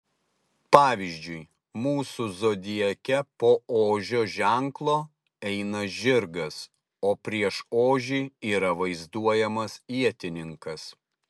pavyzdžiui mūsų zodiake po ožio ženklo eina žirgas o prieš ožį yra vaizduojamas ietininkas